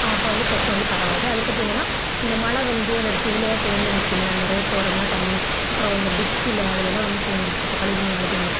அப்போ வந்து கொசு வந்து பரவாது அதுக்கடுத்து என்னன்னா இந்த மழை வந்து அந்த இதில் தேங்கி நிக்கும்ல அந்த ரோட்டோரோம்லாம் தண்ணி அப்பறம் இந்த டிச்சில் அதுலயெல்லாம் வந்து தேங்கிருக்கிறப்போ இப்போ கழிவுநீரில் தேங்கிருக்கிறப்போ